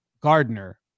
Gardner